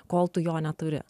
kol tu jo neturi